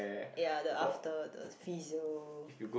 ya the after the physio~